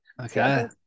Okay